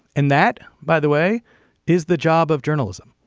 and that by the way is the job of journalism.